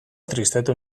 tristetu